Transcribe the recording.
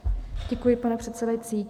Děkuji, pane předsedající.